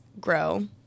grow